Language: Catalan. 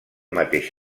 mateix